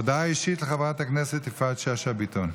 הודעה אישית לחברת הכנסת יפעת שאשא ביטון,